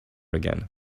again